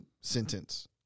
sentence